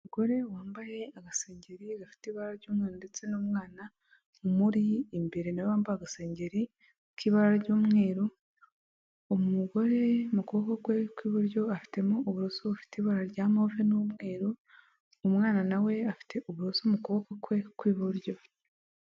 Umugore wambaye agasengeri gafite ibara ry'umweru ndetse n'umwana umuri imbere nawe wambaye agasengeri k'ibara ry'umweru umugore mu kuboko kwe kw'iburyo afitemo uburoso bufite ibara rya move n'umweru umwana nawe we afite uburoso mu kuboko kwe kw'iburyo.